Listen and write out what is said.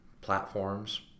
platforms